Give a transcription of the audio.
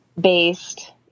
based